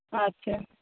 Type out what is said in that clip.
ᱟᱪ ᱪᱷᱟ